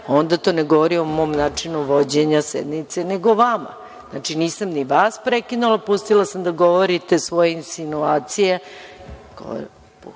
onda to ne govori o mom načinu vođenja sednice nego o vama. Znači, nisam ni vas prekinula. Pustila sam da govorite svoje insinuacije.